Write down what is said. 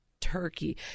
turkey